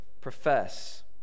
profess